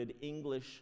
English